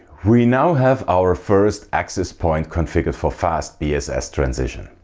we now have our first access point configured for fast bss transition.